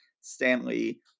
Stanley